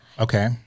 Okay